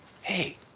Hey